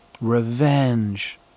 revenge